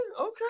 okay